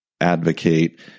advocate